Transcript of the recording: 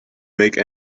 make